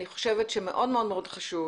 אני חושבת שמאוד מאוד חשוב,